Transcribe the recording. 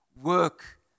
work